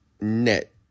net